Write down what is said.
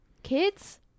kids